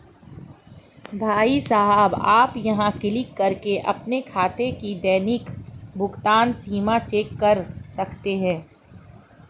भाई साहब आप यहाँ क्लिक करके अपने खाते की दैनिक भुगतान सीमा चेक कर सकते हैं